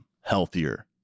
healthier